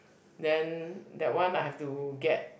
then that one I have to get